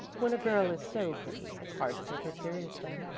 when a girl is so pretty, it's hard to take her seriously.